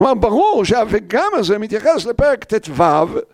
‫כלומר, ברור שה"וגם" הזה ‫מתייחס לפרק טו.